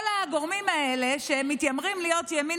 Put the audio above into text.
כל הגורמים האלה שמתיימרים להיות ימין